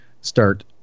start